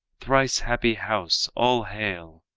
thrice happy house, all hail!